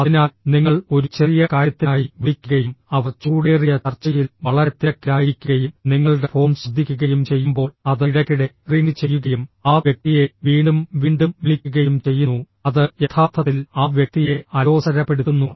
അതിനാൽ നിങ്ങൾ ഒരു ചെറിയ കാര്യത്തിനായി വിളിക്കുകയും അവർ ചൂടേറിയ ചർച്ചയിൽ വളരെ തിരക്കിലായിരിക്കുകയും നിങ്ങളുടെ ഫോൺ ശബ്ദിക്കുകയും ചെയ്യുമ്പോൾ അത് ഇടയ്ക്കിടെ റിംഗ് ചെയ്യുകയും ആ വ്യക്തിയെ വീണ്ടും വീണ്ടും വിളിക്കുകയും ചെയ്യുന്നു അത് യഥാർത്ഥത്തിൽ ആ വ്യക്തിയെ അലോസരപ്പെടുത്തുന്നു